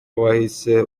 wahise